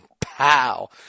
pow